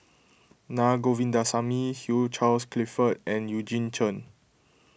Naa Govindasamy Hugh Charles Clifford and Eugene Chen